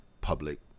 public